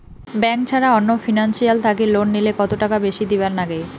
Bank ছাড়া অন্য financial থাকি লোন নিলে কতটাকা বেশি দিবার নাগে?